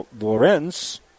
Lorenz